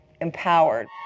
empowered